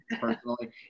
personally